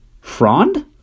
Frond